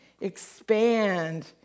expand